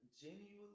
genuinely